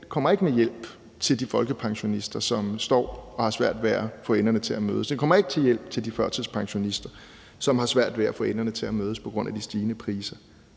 kommer ikke med hjælp til de folkepensionister, som står og har svært ved at få enderne til at mødes. Den kommer ikke til at hjælpe de førtidspensionister, som har svært ved at få enderne til at mødes på grund af de stigende priser.